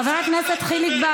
חבר הכנסת חיליק בר,